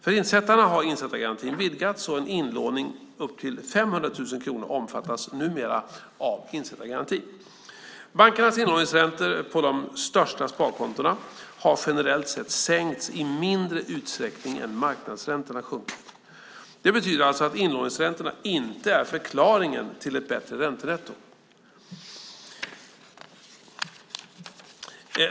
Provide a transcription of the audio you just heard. För insättarna har insättargarantin vidgats och inlåning upp till 500 000 kronor omfattas numera av insättargaranti. Bankernas inlåningsräntor på de största sparkontona har generellt sett sänkts i mindre utsträckning än marknadsräntorna sjunkit. Det betyder alltså att inlåningsräntorna inte är förklaringen till ett bättre räntenetto.